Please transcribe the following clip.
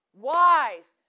wise